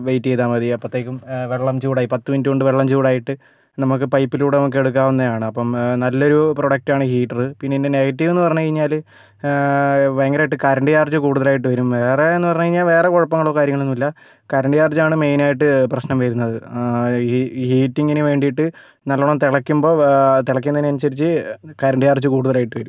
wait ചെയ്താൽ മതി അപ്പോഴത്തേക്കും വെള്ളം ചൂടായി പത്തു മിനുട്ട് കൊണ്ട് വെള്ളം ചൂടായിട്ട് നമുക്ക് പൈപ്പിലൂടെ നമുക്ക് എടുക്കാവുന്നതാണ് അപ്പം നല്ലൊരു പ്രൊഡക്റ്റ് ആണ് ഹീറ്റർ പിന്നെ ഇതിൻ്റെ നെഗറ്റിവെന്ന് പറഞ്ഞു കഴിഞ്ഞാൽ ഭയങ്കരമായിട്ട് കറണ്ട് ചാർജ് കൂടുതലായിട്ട് വരും വേറെയെന്നു പറഞ്ഞു കഴിഞ്ഞാൽ വേറേ കുഴപ്പങ്ങളോ കാര്യങ്ങളോ ഒന്നും ഇല്ല കറണ്ട് ചാർജാണ് മെയിനായിട്ട് പ്രശ്നം വരുന്നത് ഈ ഈ ഹീറ്റിംഗിന് വേണ്ടിയിട്ട് നല്ലവണ്ണം തിളക്കുമ്പോൾ തിളക്കുന്നതിനനുസരിച്ച് കറണ്ട് ചാർജ് കൂടുതലായിട്ട് വരും